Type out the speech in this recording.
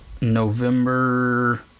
November